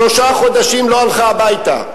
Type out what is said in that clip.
שלושה חודשים לא הלכה הביתה,